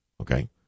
Okay